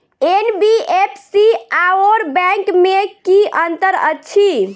NBFC आओर bank मे की अंतर अछि?